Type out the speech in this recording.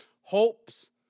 Hopes